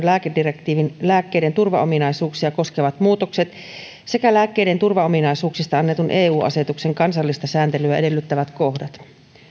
lääkedirektiivin lääkkeiden turvaominaisuuksia koskevat muutokset sekä lääkkeiden turvaominaisuuksista annetun eu asetuksen kansallista sääntelyä edellyttävät kohdat